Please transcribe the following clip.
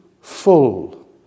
full